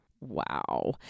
Wow